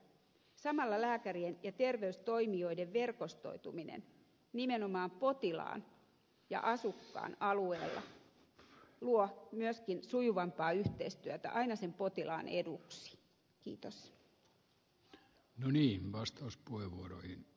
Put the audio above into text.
samalla lääkärien ja terveystoimijoiden verkostoituminen nimenomaan potilaan ja asukkaan alueella luo myöskin sujuvampaa yhteistyötä aina sen potilaan eduksi